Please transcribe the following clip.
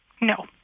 no